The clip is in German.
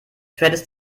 hättest